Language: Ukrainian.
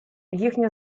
їхнє